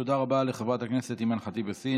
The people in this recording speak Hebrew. תודה רבה לחברת הכנסת אימאן ח'טיב יאסין.